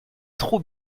trop